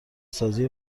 سازی